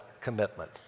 commitment